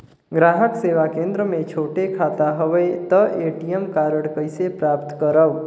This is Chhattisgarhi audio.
ग्राहक सेवा केंद्र मे छोटे खाता हवय त ए.टी.एम कारड कइसे प्राप्त करव?